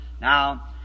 Now